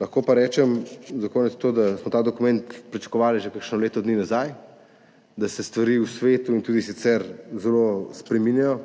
Lahko pa rečem za konec to, da smo ta dokument pričakovali že kakšno leto dni nazaj, da se stvari v svetu in tudi sicer zelo spreminjajo